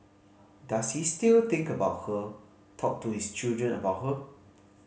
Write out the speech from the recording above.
does he still think about her talk to his children about her